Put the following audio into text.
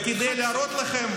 וכדי להראות לכם,